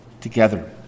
together